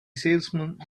salesman